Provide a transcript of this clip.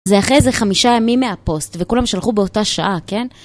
זה אחרי איזה חמישה ימים מהפוסט, וכולם שלחו באותה שעה, כן?